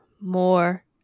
more